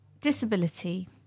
disability